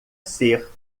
ser